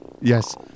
Yes